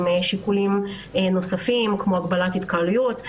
עם שיקולים נוספים כמו הגבלת התקהלויות.